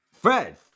Fred